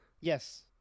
yes